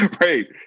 right